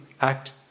act